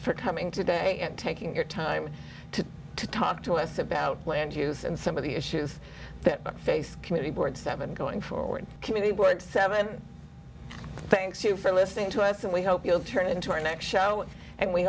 for coming today and taking your time to talk to us about land use and some of the issues that face committee board seven going forward committee board seven thanks you for listening to us and we hope you'll turn into our next show and we